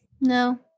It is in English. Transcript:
No